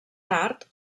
tard